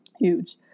huge